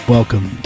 Welcome